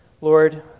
Lord